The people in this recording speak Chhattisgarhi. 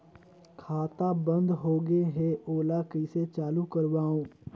खाता बन्द होगे है ओला कइसे चालू करवाओ?